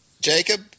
Jacob